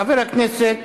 חבר הכנסת